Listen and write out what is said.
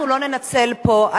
אנחנו לא ננצל פה,